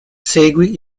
segui